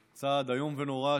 זה צעד איום ונורא,